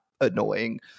annoying